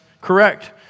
correct